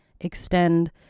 extend